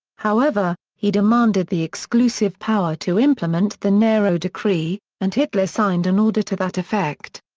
however, he demanded the exclusive power to implement the nero decree, and hitler signed an order to that effect.